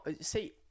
See